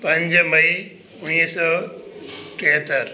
पंज मई उणिवीह सौ टेहतरि